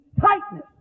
tightness